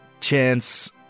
Chance